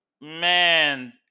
man